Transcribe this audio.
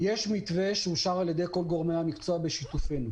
יש מתווה שאושר על ידי כל גורמי המקצוע בשיתופנו.